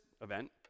event